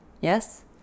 Yes